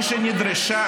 היושב-ראש, מדבר.